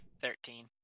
Thirteen